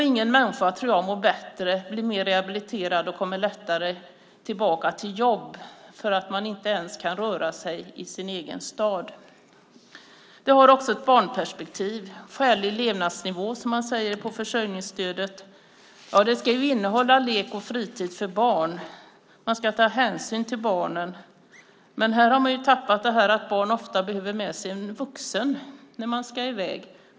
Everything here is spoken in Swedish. Ingen människa mår bättre och blir lättare rehabiliterad, för att därmed komma tillbaka i jobb, om han eller hon inte ens kan röra sig i sin egen stad. Det finns också ett barnperspektiv i detta. Skälig levnadsnivå, som det heter, på försörjningsstödet ska innehålla lek och fritid för barn. Man ska ta hänsyn till barnen. Man har dock tappat bort att barn ofta behöver ha en vuxen med sig när de ska i väg.